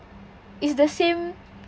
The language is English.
it's the same